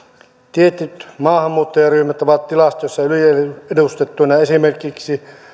tietyt maahanmuuttajaryhmät ovat tilastoissa yliedustettuina esimerkiksi